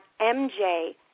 mj